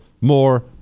more